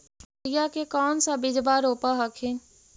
मसुरिया के कौन सा बिजबा रोप हखिन?